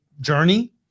journey